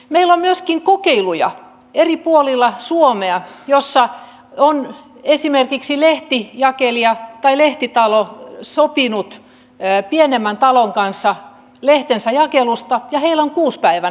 meillä on myöskin kokeiluja eri puolilla suomea joissa on esimerkiksi lehtijakelija tai lehtitalo sopinut pienemmän talon kanssa lehtensä jakelusta ja heillä on kuusipäiväinen jakelu käytössä